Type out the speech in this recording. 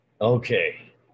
Okay